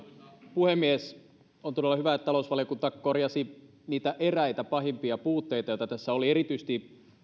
puhemies on todella hyvä että talousvaliokunta korjasi niitä eräitä pahimpia puutteita joita tässä oli erityisesti